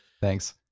Thanks